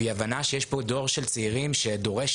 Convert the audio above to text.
והיא הבנה שיש פה דור של צעירים שדורש